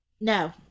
No